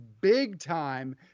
big-time